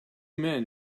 men